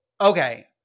Okay